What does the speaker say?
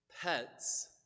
Pets